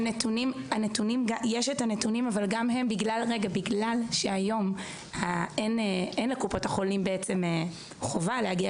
יש נתונים אבל בגלל שהיום אין לקופות החולים חובה להגיע